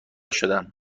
شدم